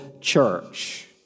church